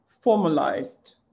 formalized